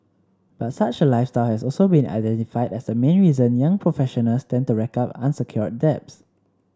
but such a lifestyle has also been identified as the main reason young professionals tend to rack up unsecured debts